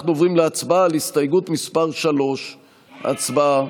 אנחנו עוברים להצבעה על הסתייגות מס' 3. הצבעה.